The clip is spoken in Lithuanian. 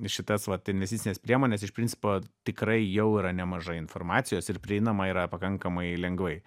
šitas vat investicines priemones iš principo tikrai jau yra nemažai informacijos ir prieinama yra pakankamai lengvai